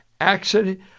accident